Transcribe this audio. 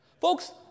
Folks